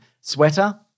Sweater